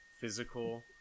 physical